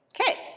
Okay